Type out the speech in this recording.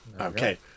Okay